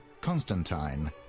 Constantine